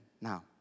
Now